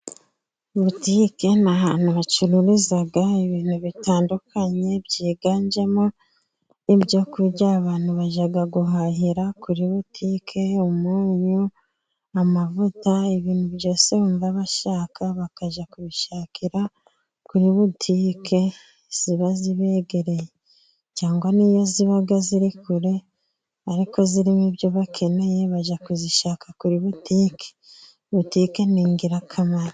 Butike ni ahantu bacururiza ibintu bitandukanye byiganjemo ibyo kurya, abantu bajya guhahira kuri butike umunyu, amavuta ibintu byose bumva bashaka bakajya kubishakira kuri butike ziba zibegereye, cyangwa n'iyo ziba ziri kure ariko zirimo ibyo bakeneye, bajya kubishaka kuri butike butike ni ingirakamaro.